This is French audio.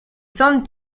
sound